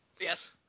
yes